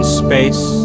space